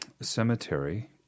cemetery